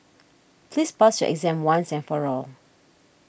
please pass your exam once and for all